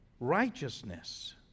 righteousness